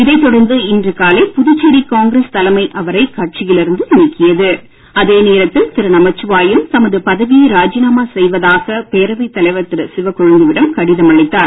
இதைதொடர்ந்து இன்று காலை புதுச்சேரி காங்கிரஸ் தலைமை அவரை கட்சியில் இருந்து நீக்கியது அதே நேரத்தில் திரு நமச்சிவாயம் தமது பதவியை ராஜினாமா செய்வதாக பேரவை தலைவர் திரு சிவக்கொழுந்துவிடம் கடிதம் அளித்தார்